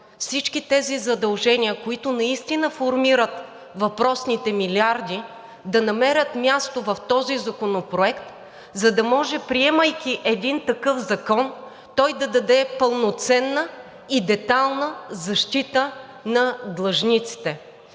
всички тези задължения, които наистина формират въпросните милиарди, да намерят място в този законопроект, за да може приемайки един такъв закон, той да даде пълноценна и детайлна защита на длъжниците.